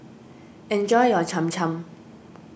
enjoy your Cham Cham